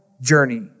journey